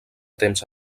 temps